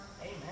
Amen